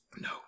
No